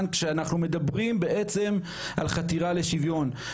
כשאנחנו מדברים בעצם על חתירה לשוויון.